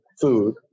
food